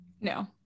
no